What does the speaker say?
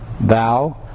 Thou